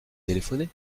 téléphoné